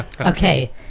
Okay